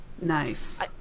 nice